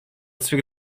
swych